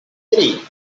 three